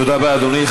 תודה רבה, אדוני.